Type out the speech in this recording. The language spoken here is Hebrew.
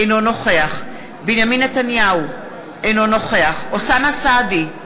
אינו נוכח בנימין נתניהו, אינו נוכח אוסאמה סעדי,